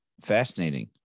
fascinating